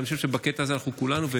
אני חושב שבקטע הזה אנחנו כולנו,